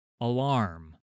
Alarm